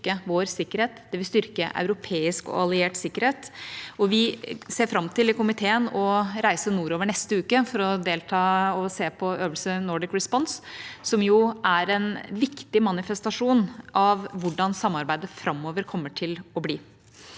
det også styrke vår sikkerhet. Det vil styrke europeisk og alliert sikkerhet. I komiteen ser vi fram til å reise nordover neste uke for å delta og se på øvelsen Nordic Response, som er en viktig manifestasjon av hvordan samarbeidet framover kommer til å bli.